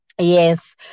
Yes